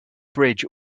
bridge